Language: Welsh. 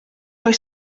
oes